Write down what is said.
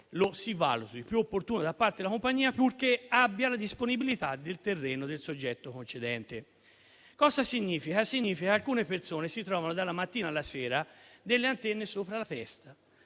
si valuti più opportuno da parte della compagnia, purché abbia la disponibilità del terreno del soggetto concedente. Ciò significa che alcune persone si trovano, dalla mattina alla sera, antenne sopra la testa,